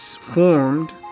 formed